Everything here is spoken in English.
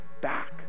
back